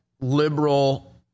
liberal